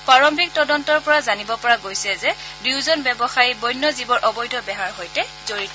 প্ৰাৰম্ভিক তদন্তৰ পৰা জানিব পৰা গৈছে যে দুয়োজন ব্যৱসায়ী বন্য জীৱৰ অবৈধ বেহাৰ সৈতে জড়িত